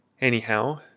Anyhow